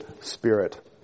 Spirit